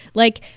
like,